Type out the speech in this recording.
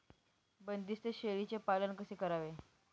बंदिस्त शेळीचे पालन कसे करावे?